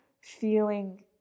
feeling